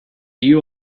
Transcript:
you